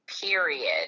period